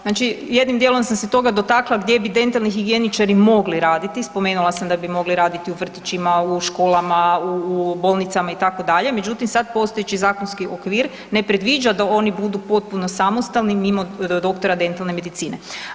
Znači jednim dijelom sam se toga dotakla gdje bi dentalni higijeničari mogli raditi, spomenula sam da bi mogli raditi u vrtićima, u školama, u bolnicama itd., međutim sad postojeći zakonski okvir ne predviđa da oni budu potpuno samostalni mimo doktora dentalne medicine.